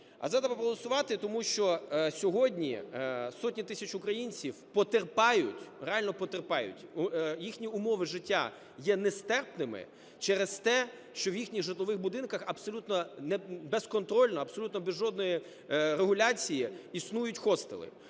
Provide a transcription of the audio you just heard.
треба проголосувати, тому що сьогодні сотні тисяч українців потерпають, реально потерпають, їхні умови життя є нестерпними через те, що в їхніх житлових будинках абсолютно безконтрольно, абсолютно без жодної регуляції існують хостели,